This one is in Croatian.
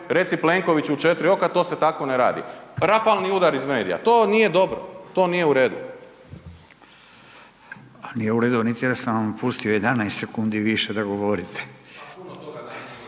reci Plenkoviću u 4 oka to se tako ne radi. Rafalni udari iz medija, to nije dobro, to nije u redu. **Radin, Furio (Nezavisni)** Nije u redu ni što sam vam pustio 11 sekundi više da govorite.